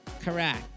Correct